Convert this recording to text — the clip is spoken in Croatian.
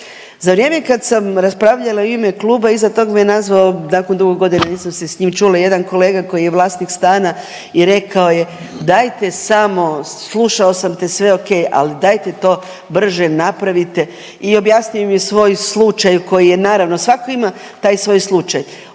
Za vrijeme kad sam raspravljala u ime kluba iza tog me je nazvao nakon dugo godina nisam se sa njim čula jedan kolega koji je vlasnik stana i rekao je dajte samo, slušao sam te sve o.k. ali dajte to brže napravite i objasnio mi je svoj slučaj koji je naravno, svatko ima taj svoj slučaj.